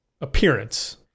appearance